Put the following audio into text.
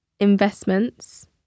Investments